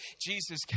Jesus